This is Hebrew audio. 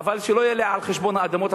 אבל שזה לא יהיה על חשבון האדמות